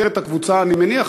אני מניח,